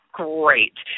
great